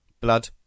Blood